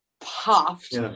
puffed